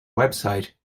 website